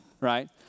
right